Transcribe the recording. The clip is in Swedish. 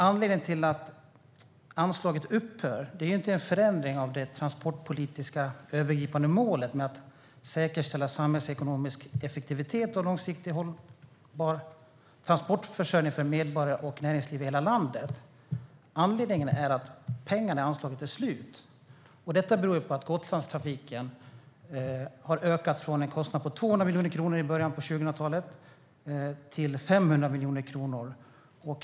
Anledningen till att anslaget upphör är inte en förändring av det transportpolitiska övergripande målet om att man ska säkerställa samhällsekonomisk effektivitet och långsiktig hållbar transportförsörjning för medborgare och näringsliv i hela landet. Anledningen är att pengarna är slut. Det beror på att kostnaderna för Gotlandstrafiken har ökat från 200 miljoner i början på 2000-talet till 500 miljoner kronor.